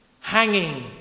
hanging